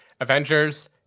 Avengers